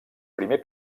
primer